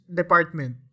department